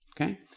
Okay